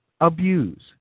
abuse